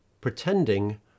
Pretending